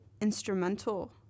instrumental